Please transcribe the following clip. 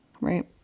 right